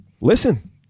listen